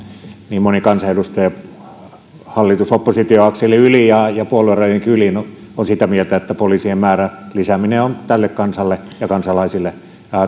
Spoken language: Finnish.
niin moni kansanedustaja hallitus oppositio akselin yli ja ja puoluerajojenkin yli on sitä mieltä että poliisien määrän lisääminen on tälle kansalle ja kansalaisille